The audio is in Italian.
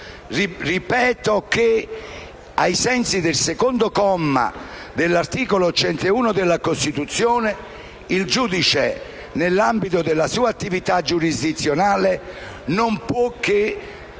giudice, ai sensi del secondo comma dell'articolo 101 della Costituzione, nell'ambito della sua attività giurisdizionale non può che